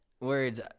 Words